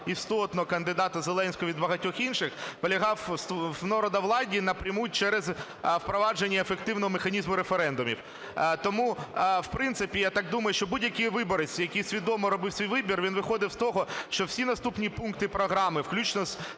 істотно кандидата Зеленського від багатьох інших, полягав в народовладді напряму через впровадження ефективного механізму референдумів. Тому, в принципі, я так думаю, що будь-який виборець, який свідомо робив свій вибір, він виходив з того, що всі наступні пункти програми, включно